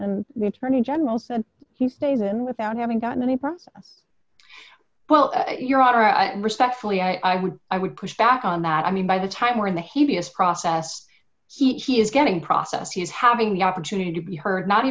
and the attorney general said he stays in without having gotten any process well your honor i respectfully i would i would push back on that i mean by the time we're in the heaviest process he is getting process he's having the opportunity to be heard not